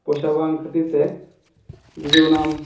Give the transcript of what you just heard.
ᱯᱚᱭᱥᱟ ᱵᱟᱝ ᱠᱷᱟᱹᱛᱤᱨ ᱛᱮ ᱡᱩᱫᱤ ᱚᱱᱟᱢ